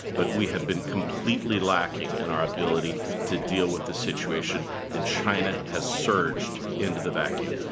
but we have been completely lacking in our ability to deal with the situation and china has surged into the vacuum.